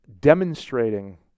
demonstrating